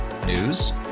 News